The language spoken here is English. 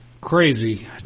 crazy